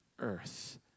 earth